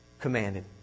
commanded